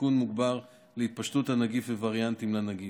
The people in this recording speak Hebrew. סיכון מוגבר להתפשטות הנגיף ווריאנטים לנגיף.